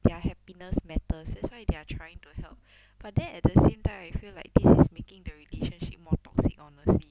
their happiness matters that's why they're trying to help but then at the same time I feel like this is making the relationship more toxic honestly